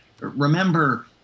Remember